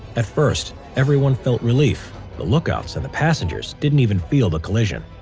at first everyone felt relief the lookouts and the passengers didn't even feel the collision